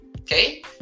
okay